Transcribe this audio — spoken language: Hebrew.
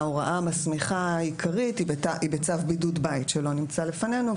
ההוראה המסמיכה העיקרית היא בצו בידוד בית שלא נמצא לפנינו,